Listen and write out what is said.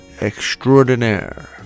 extraordinaire